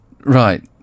Right